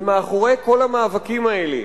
ומאחורי כל המאבקים האלה